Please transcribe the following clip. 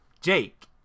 Jake